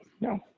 No